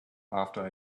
after